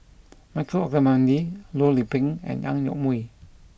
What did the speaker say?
Michael Olcomendy Loh Lik Peng and Ang Yoke Mooi